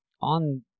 on